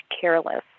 careless